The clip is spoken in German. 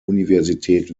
universität